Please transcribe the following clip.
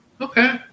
Okay